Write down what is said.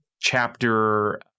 chapter